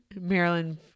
Maryland